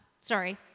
sorry